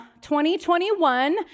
2021